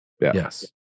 Yes